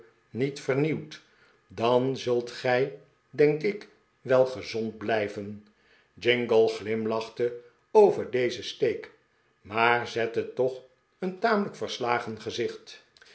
niet vernieuwt dan zult gij denk ik wel gezond blijven jingle glimlachte over dezen steek maar zette toch een tamelijk verslagen gezicht